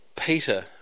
Peter